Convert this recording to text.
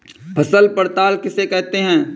फसल पड़ताल किसे कहते हैं?